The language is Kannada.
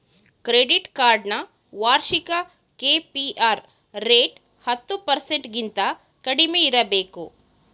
ಕ್ರೆಡಿಟ್ ಕಾರ್ಡ್ ನ ವಾರ್ಷಿಕ ಕೆ.ಪಿ.ಆರ್ ರೇಟ್ ಹತ್ತು ಪರ್ಸೆಂಟಗಿಂತ ಕಡಿಮೆ ಇರಬೇಕು